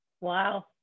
Wow